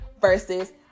versus